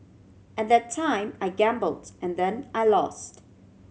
at that time I gambled and then I lost